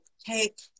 take